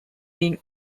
being